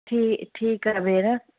ठीकु ठीकु आहे भेण